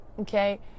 okay